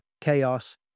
chaos